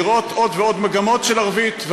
לראות עוד ועוד מגמות של ערבית,